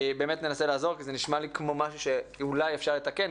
ננסה לעזור כי זה נשמע כמו משהו שאפשר לתקן,